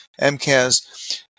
MCAS